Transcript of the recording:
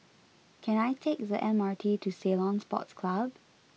can I take the M R T to Ceylon Sports Club